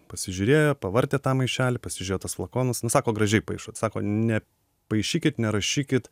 pasižiūrėjo pavartė tą maišelį pasižiūrėjo tuos flakonas nu sako gražiai paišot sako ne paišykit nerašykit